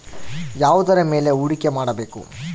ಯಾವುದರ ಮೇಲೆ ಹೂಡಿಕೆ ಮಾಡಬೇಕು?